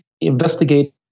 investigate